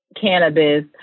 cannabis